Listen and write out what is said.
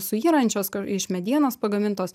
suyrančios ko iš medienos pagamintos